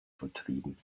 vertrieben